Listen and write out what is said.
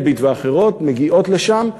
חברות כמו "אלביט" ואחרות מגיעות לשם,